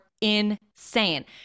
insane